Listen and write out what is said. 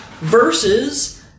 versus